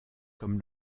comme